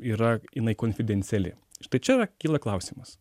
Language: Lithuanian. yra jinai konfidenciali štai čia yra kyla klausimas